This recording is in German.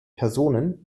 personen